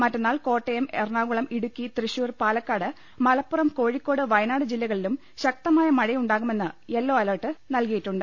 മറ്റുന്നാൾ Kottayam Ernakulam Idukki Thrissur Palakkad Malappuram Kozhikode Wayanad ജില്ലകളിലും ശക്തമായ മഴയുണ്ടാകുമെന്ന യെല്ലോ അലർട്ട് നൽകിയിട്ടുണ്ട്